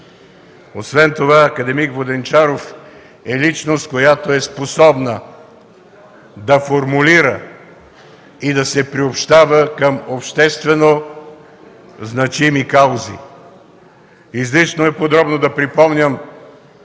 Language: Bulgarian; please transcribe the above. Освен това акад. Воденичаров е личност, която е способна да формулира и да се приобщава към обществено значими каузи. Излишно е подробно да припомням,